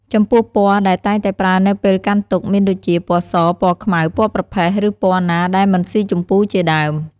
ចំំពោះពណ៌ដែលតែងតែប្រើនៅពេលកាន់ទុក្ខមានដូចជា ពណ៍ស ពណ៍ខ្មៅ ពណ៍ប្រផេះ ឬពណ៍ណាដែលមិនស៊ីជំពូជាដើម។